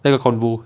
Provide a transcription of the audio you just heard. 那个 convo~